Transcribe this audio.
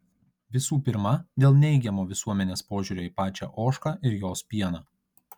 visų pirma dėl neigiamo visuomenės požiūrio į pačią ožką ir jos pieną